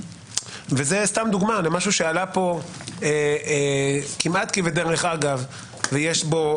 וזה היה סתם דוגמה למשהו שעלה פה כמעט כבדרך אגב ויש בו,